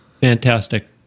fantastic